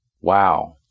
Wow